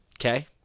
Okay